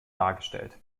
dargestellt